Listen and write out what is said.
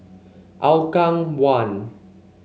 Hougang One